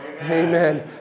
Amen